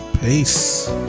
Peace